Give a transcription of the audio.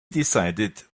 decided